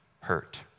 hurt